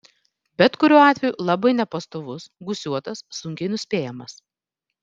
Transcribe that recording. bet kuriuo atveju labai nepastovus gūsiuotas sunkiai nuspėjamas